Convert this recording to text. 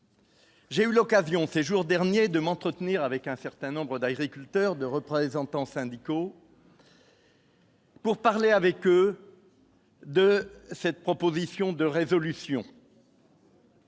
J'ai eu l'occasion séjour dernier de m'entretenir avec un certain nombre d'agriculteurs de représentants syndicaux. Pour parler avec eux. De cette proposition de résolution.